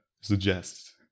suggest